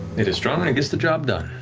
it is strong and it gets the job done.